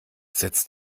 setz